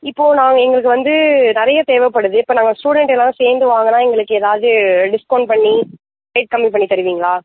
இப்போது நாங்கள் எங்களுக்கு வந்து நிறைய தேவைப்படுது இப்போ நாங்கள் ஸ்டூடெண்ட்டெல்லாம் சேர்ந்து வாங்கினா எங்களுக்கு எதாவது டிஸ்கவுண்ட் பண்ணி ரேட் கம்மி பண்ணி தருவீங்களா